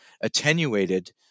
attenuated